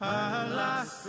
alas